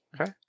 Okay